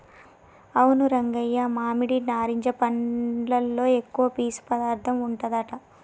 అవును రంగయ్య మామిడి నారింజ పండ్లలో ఎక్కువ పీసు పదార్థం ఉంటదట